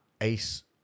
Ace